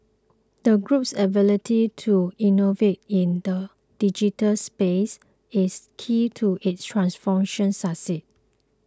the group's ability to innovate in the digital space is key to its transformation success